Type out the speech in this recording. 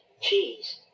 Cheese